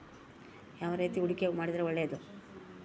ಯಾವ ರೇತಿ ಹೂಡಿಕೆ ಮಾಡಿದ್ರೆ ಒಳ್ಳೆಯದು?